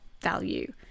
value